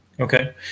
Okay